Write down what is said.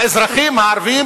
האזרחים הערבים